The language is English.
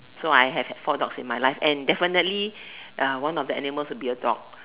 so I have four dogs in my life and definitely one of the animal would be a dog